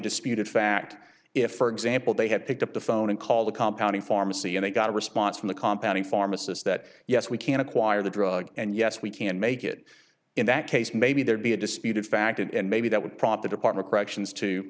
disputed fact if for example they had picked up the phone and call the compound in pharmacy and they got a response from the compound pharmacist that yes we can acquire the drug and yes we can make it in that case maybe there'd be a disputed fact and maybe that would prompt the department corrections to